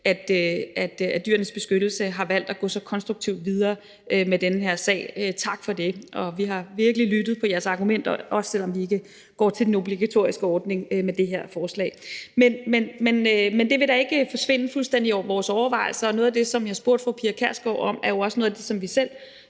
at Dyrenes Beskyttelse har valgt at gå så konstruktivt videre med den her sag. Tak for det, og vi har virkelig lyttet til jeres argumenter, også selv om vi ikke går til den obligatoriske ordning med det her forslag. Men det vil da ikke forvinde fuldstændig fra vores overvejelser, og noget af det, som jeg spurgte fru Pia Kjærsgaard om, er jo også noget, som vi selv